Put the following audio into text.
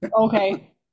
okay